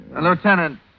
Lieutenant